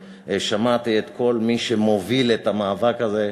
שמעתי את כל מי שמוביל את המאבק הזה,